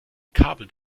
kabel